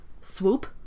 swoop